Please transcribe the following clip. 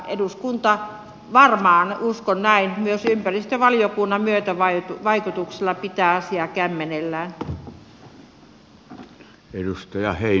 eduskunta varmaan uskon näin myös ympäristövaliokunnan myötävaikutuksella pitää asiaa kämmenellään